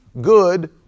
good